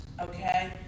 okay